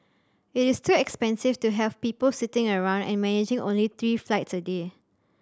it is too expensive to have people sitting around and managing only three flights a day